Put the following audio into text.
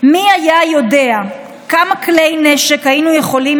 שמי היה יודע כמה כלי נשק היינו יכולים